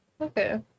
okay